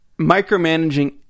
micromanaging